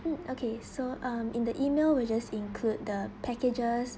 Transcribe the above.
mm okay so um in the email we just include the packages